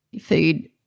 food